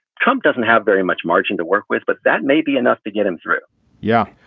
trump doesn't have very much margin to work with. but that may be enough to get him through yeah.